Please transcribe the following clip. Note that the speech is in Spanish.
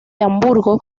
hamburgo